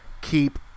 keep